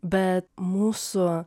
bet mūsų